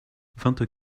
vingt